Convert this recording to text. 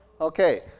Okay